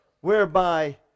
whereby